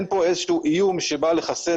אין כאן איזשהו איום שבא לחסל,